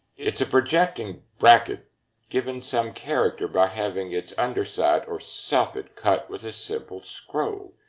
it's a projecting bracket given some character by having its underside or soffit cut with a simple scroll,